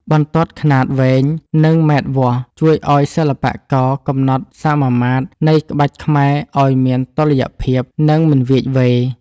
បន្ទាត់ខ្នាតវែង និងម៉ែត្រវាស់ ជួយឱ្យសិល្បករកំណត់សមាមាត្រនៃក្បាច់ខ្មែរឱ្យមានតុល្យភាព និងមិនវៀចវេរ។